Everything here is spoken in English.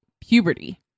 puberty